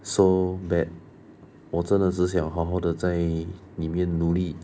so bad 我真的只想好好的在里面努力